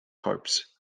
harps